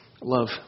love